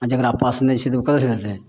आओर जकरा पास नहि छै तऽ उ कतऽसँ देतय